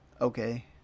Okay